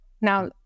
Now